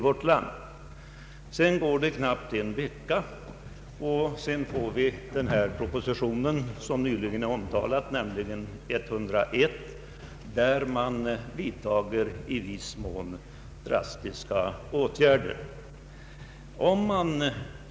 Efter knappt en vecka får vi sedan den proposition som nyligen är omtalad, nämligen nr 101, i vilken föreslås drastiska åtgärder.